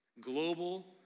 Global